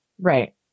Right